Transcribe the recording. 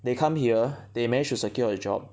they come here they managed to secure a job